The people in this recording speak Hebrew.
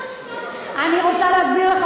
אני רוצה להסביר לך,